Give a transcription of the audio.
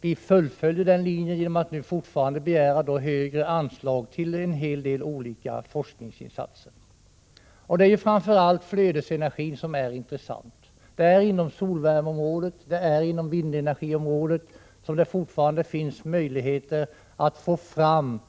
Vi fullföljer vår linje genom att fortfarande begära högre anslag till en hel del olika forskningsinsatser. Framför allt är flödesenergin intressant. Det är på solvärmeoch vindenergiområdet som det fortfarande finns möjligheter att få fram